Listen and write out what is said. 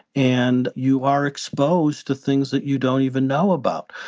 and you are exposed to things that you don't even know about.